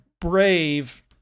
Brave